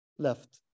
left